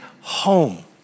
home